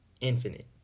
infinite